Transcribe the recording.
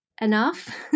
enough